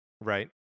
Right